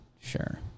Sure